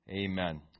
Amen